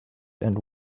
and